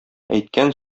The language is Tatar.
әйткән